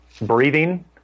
breathing